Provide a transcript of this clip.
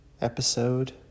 Episode